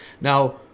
Now